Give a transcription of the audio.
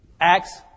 acts